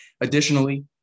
Additionally